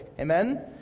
Amen